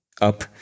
up